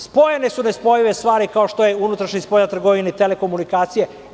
Spojene su nespojive stvari, kao što je unutrašnja i spoljna trgovina i telekomunikacije.